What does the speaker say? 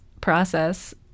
process